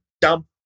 dump